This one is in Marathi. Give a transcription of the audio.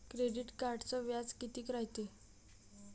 क्रेडिट कार्डचं व्याज कितीक रायते?